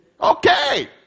Okay